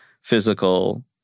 physical